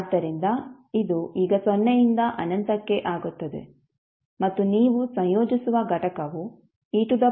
ಆದ್ದರಿಂದ ಇದು ಈಗ ಸೊನ್ನೆಯಿಂದ ಅನಂತಕ್ಕೆ ಆಗುತ್ತದೆ ಮತ್ತು ನೀವು ಸಂಯೋಜಿಸುವ ಘಟಕವು e stಆಗಿರುತ್ತದೆ